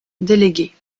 délégué